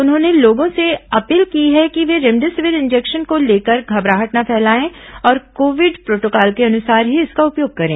उन्होंने लोगों से अपील की है कि वे रेमडेसिविर इंजेक्शन को लेकर घबराहट न फैलाएं और कोविड प्रोटोकॉल के अनुसार ही इसका उपयोग करें